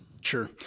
Sure